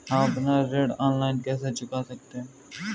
हम अपना ऋण ऑनलाइन कैसे चुका सकते हैं?